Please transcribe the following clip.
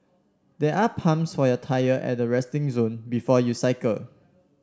there are pumps for your tyre at the resting zone before you cycle